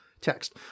text